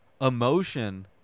emotion